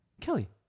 Kelly